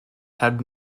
have